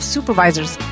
Supervisors